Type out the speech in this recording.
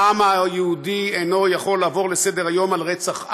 העם היהודי אינו יכול לעבור לסדר-היום על רצח עם,